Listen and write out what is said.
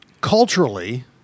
culturally